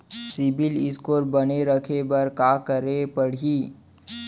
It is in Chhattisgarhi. सिबील स्कोर बने रखे बर का करे पड़ही?